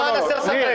למען הסר ספק.